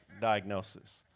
diagnosis